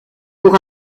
pour